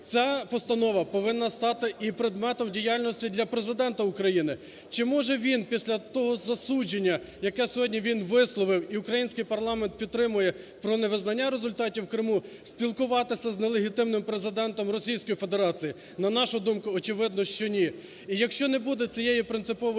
Ця постанова повинна стати і предметом діяльності для Президента України. Чи може він після того засудження, яке сьогодні він висловив, і український парламент підтримує про невизнання результатів в Криму, спілкуватися з нелегітимним президентом Російської Федерації? На нашу думку, очевидно, що ні. І якщо не буде цієї принципової